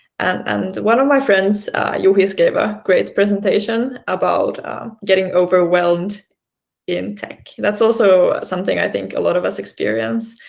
and one of my friends who gave a great presentation about getting overwhelmed in tech that's also something i think a lot of us experience.